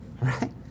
Right